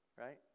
Right